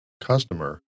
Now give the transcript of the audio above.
customer